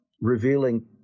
revealing